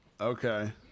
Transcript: Okay